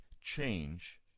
change